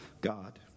God